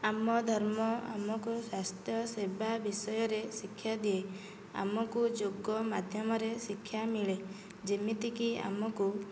ଆମ ଧର୍ମ ଆମକୁ ସ୍ୱାସ୍ଥ୍ୟସେବା ବିଷୟରେ ଶିକ୍ଷା ଦିଏ ଆମକୁ ଯୋଗ ମାଧ୍ୟମରେ ଶିକ୍ଷା ମିଳେ ଯେମିତିକି ଆମକୁ